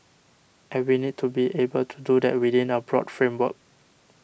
and we need to be able to do that within a broad framework